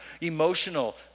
emotional